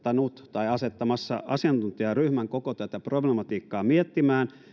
asettamassa asiantuntijaryhmän koko tätä problematiikkaa miettimään